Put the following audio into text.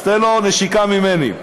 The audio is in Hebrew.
אז תן לו נשיקה ממני.